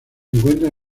encuentran